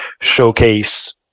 showcase